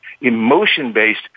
emotion-based